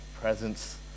presence